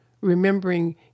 remembering